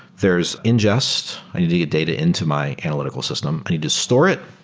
there's ingest, i need to get data into my analytical system. i need to store it.